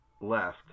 left